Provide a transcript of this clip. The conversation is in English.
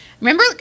Remember